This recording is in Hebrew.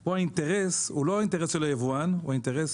פה האינטרס הוא לא האינטרס של היבואן, הוא האינטרס